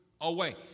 away